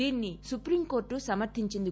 దీన్ని సుప్రీంకోర్టు సమర్గించింది